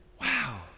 Wow